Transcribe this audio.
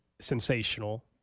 sensational